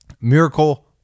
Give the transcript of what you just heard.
Miracle